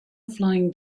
flying